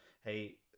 hey